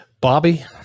Bobby